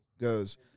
goes